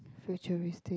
futuristic